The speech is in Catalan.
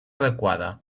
adequada